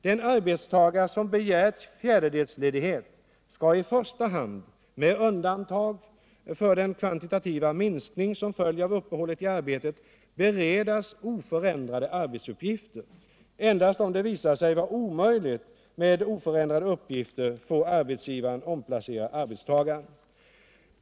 Den arbetstagare som begär fjärdedelsledighet skall i första hand, med undantag för den kvantitativa minskning som följer av uppehållet i arbetet, beredas oförändrade arbetsuppgifter. Endast om det visar sig vara omöjligt med oförändrade uppgifter får arbetsgivaren omplacera arbetstagaren.